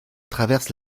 traverse